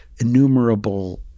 innumerable